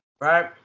right